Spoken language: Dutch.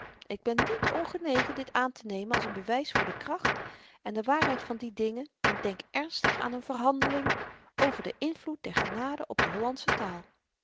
ik ben niet ongenegen dit aantenemen als n bewys voor de kracht en de waarheid van die dingen en denk ernstig aan n verhandeling over den invloed der genade op de hollandsche taal